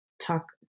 talk